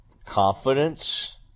confidence